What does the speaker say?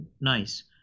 Nice